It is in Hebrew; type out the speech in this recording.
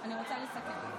אני רוצה לסכם.